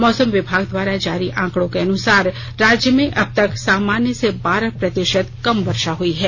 मौसम विभाग द्वारा जारी आंकड़ो के अनुसार राज्य में अब तक सामान्य से बारह प्रतिशत कम वर्षा हुई है